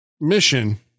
mission